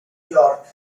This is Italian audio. york